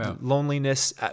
loneliness